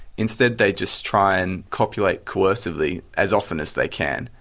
instead they just try and copulate coercively as often as they can.